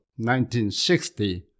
1960